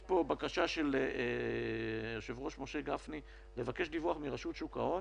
יש פה בקשה של היושב-ראש משה גפני לדיווח מרשות שוק ההון